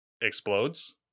explodes